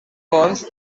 fonts